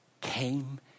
came